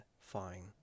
fine